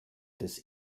des